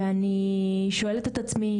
אני שואלת את עצמי